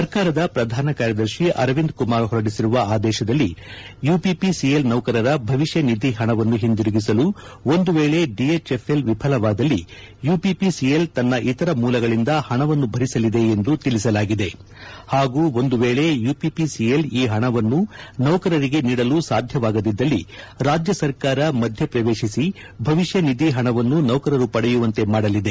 ಸರ್ಕಾರದ ಪ್ರಧಾನ ಕಾರ್ಯದರ್ಶಿ ಅರವಿಂದ್ ಕುಮಾರ್ ಹೊರಡಿಸಿರುವ ಆದೇಶದಲ್ಲಿ ಯುಪಿಪಿಸಿಎಲ್ ನೌಕರರ ಭವಿಷ್ಯ ನಿಧಿ ಹಣವನ್ನು ಹಿಂದಿರುಗಿಸಲು ಒಂದು ವೇಳಿ ದಿಎಚ್ಎಫ್ಎಲ್ ವಿಫಲವಾದಲ್ಲಿ ಯಪಿಪಿಸಿಎಲ್ ತನ್ನ ಇತರ ಮೂಲಗಳಿಂದ ಹಣವನ್ನು ಭರಿಸಲಿದೆ ಎಂದು ತಿಳಿಸಲಾಗಿದೆ ಹಾಗೂ ಒಂದು ವೇಳೆ ಯುಪಿಪಿಸಿಎಲ್ ಈ ಹಣವನ್ನು ನೌಕರರಿಗೆ ನೀಡಲು ಸಾಧ್ಯವಾಗದಿದ್ದಲ್ಲಿ ರಾಜ್ಯ ಸರ್ಕಾರ ಮಧ್ಯಪ್ರವೇಶಿಸಿ ಭವಿಷ್ಯ ನಿಧಿ ಹಣವನ್ನು ನೌಕರರು ಪಡೆಯುವಂತೆ ಮಾಡಲಿದೆ